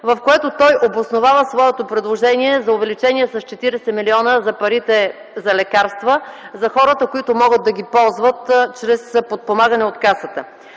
в които той обосновава своето предложение за увеличение с 40 млн. лв. за парите за лекарство за хората, които могат да ги ползват чрез подпомагане от Касата.